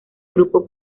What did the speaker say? grupo